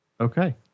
Okay